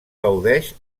gaudeix